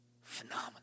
phenomenal